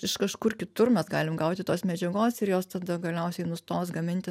iš kažkur kitur mes galim gauti tos medžiagos ir jos tada galiausiai nustos gaminti